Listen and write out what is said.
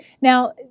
Now